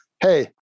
hey